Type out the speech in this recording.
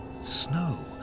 snow